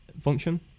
function